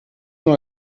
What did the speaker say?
nur